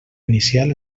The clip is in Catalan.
inicial